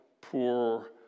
poor